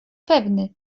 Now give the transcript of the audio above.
pewny